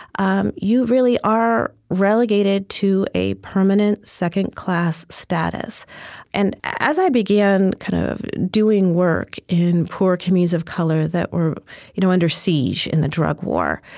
um you really are relegated to a permanent second-class status and as i began kind of doing work in poor communities of color that were you know under siege in the drug war,